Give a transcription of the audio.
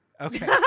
Okay